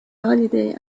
holiday